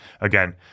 Again